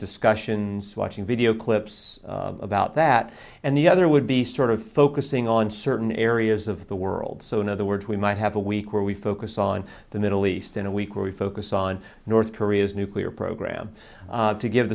discussions watching video clips about that and the other would be sort of focusing on certain areas of the world so in other words we might have a week where we focus on the middle east in a week where we focus on north korea's nuclear program to give